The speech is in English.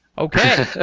okay,